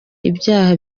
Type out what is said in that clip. ibyaha